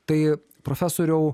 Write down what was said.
tai profesoriau